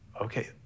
Okay